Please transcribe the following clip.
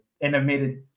animated